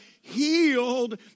healed